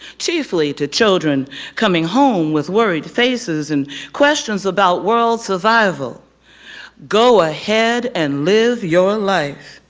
chiefly to children coming home with worried faces and questions about world-survival go ahead and live your life.